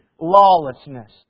lawlessness